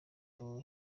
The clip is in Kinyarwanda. boy